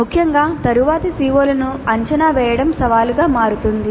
ముఖ్యంగా తరువాతి CO లను అంచనా వేయడం సవాలుగా మారుతుంది